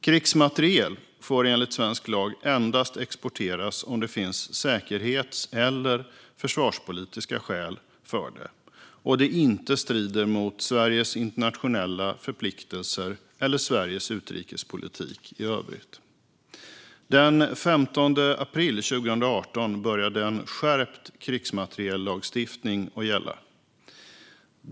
Krigsmateriel får enligt svensk lag endast exporteras om det finns säkerhetsskäl eller försvarspolitiska skäl för det och det inte strider mot Sveriges internationella förpliktelser eller Sveriges utrikespolitik i övrigt. Den 15 april 2018 började en skärpt krigsmateriellagstiftning att gälla.